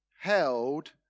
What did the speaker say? held